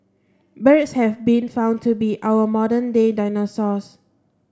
birds have been found to be our modern day dinosaurs